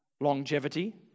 longevity